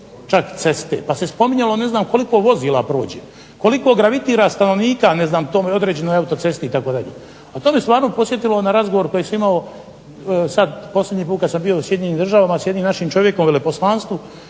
čak ceste, pa se spominjalo ne znam koliko vozila prođe, koliko gravitira stanovnika ne znam toj određenoj autocesti itd. To me stvarno podsjetilo na razgovor koji sam imao sad posljednji put kad sam bio u Sjedinjenim Državama, s jednim našim čovjekom u veleposlanstvu,